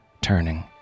turning